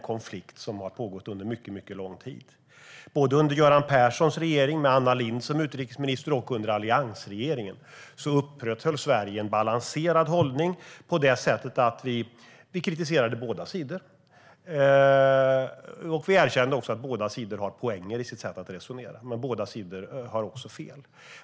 Både under Göran Perssons regering med Anna Lindh som utrikesminister och under alliansregeringen upprätthöll Sverige en balanserad hållning på det sättet att vi kritiserade båda sidor, och vi erkände också att båda sidor har poänger i sitt sätt att resonera men att båda sidor också har fel.